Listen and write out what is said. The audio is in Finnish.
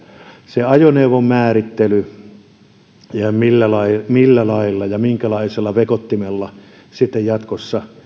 se ajoneuvon määrittely ja se millä lailla ja minkälaisella vekottimella sitten jatkossa